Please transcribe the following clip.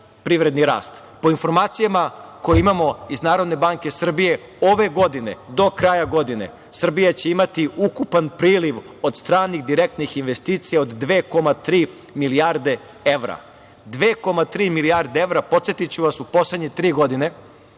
privredni rast. Po informacijama koje imamo iz Narodne banke Srbije, ove godine, do kraja godine Srbija će imati ukupan priliv od stranih direktnih investicija od 2,3 milijarde evra. Podsetiću vas, 2,3 milijarde evra, u poslednjih tri godine